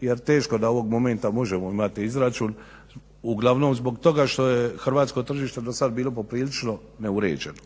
jer teško da ovog momenta možemo imati izračun, uglavnom zbog toga što je hrvatsko tržište dosad bilo poprilično neuređeno.